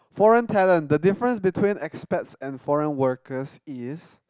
foreign talent the difference between experts and foreign workers is